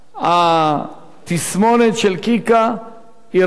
התסמונת של "קיקה" היא רק נקודה אחת